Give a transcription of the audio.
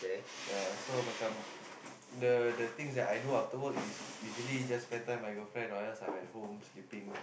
ya so macam the the things that I do after work is usually just spent time my girlfriend or else I'm at home sleeping